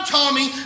Tommy